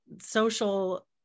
social